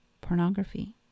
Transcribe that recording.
pornography